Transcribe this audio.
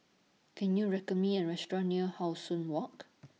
Can YOU recommend Me A Restaurant near How Sun Walk